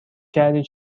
کردی